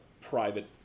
private